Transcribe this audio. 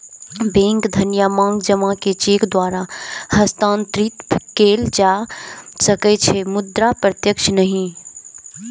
bank धन या मांग जमा कें चेक द्वारा हस्तांतरित कैल जा सकै छै, मुदा प्रत्यक्ष नहि